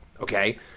Okay